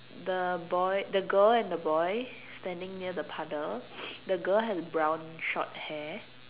the boy the girl and the boy standing near the puddle the girl has brown short hair